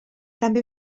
també